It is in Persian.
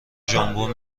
ژامبون